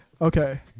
Okay